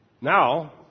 Now